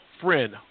friend